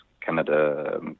Canada